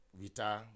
Vita